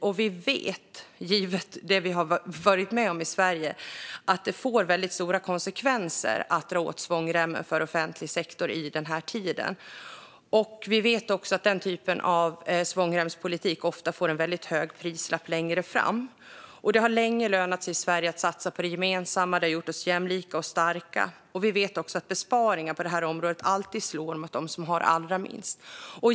Vi vet givet det vi har varit med om i Sverige att det får väldigt stora konsekvenser att dra åt svångremmen för offentlig sektor i den här tiden. Vi vet också att den typen av svångremspolitik ofta får en väldigt hög prislapp längre fram. Det har länge lönat sig i Sverige att satsa på det gemensamma. Det har gjort oss jämlika och starka. Vi vet också att besparingar på området alltid slår mot dem som har allra minst.